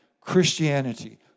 Christianity